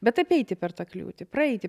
bet apeiti per tą kliūtį praeiti